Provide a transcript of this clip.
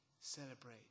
celebrate